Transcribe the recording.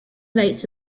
rates